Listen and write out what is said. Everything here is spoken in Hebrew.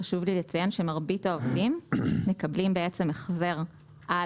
חשוב לי לציין שמרבית העובדים מקבלים החזר על